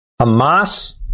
Hamas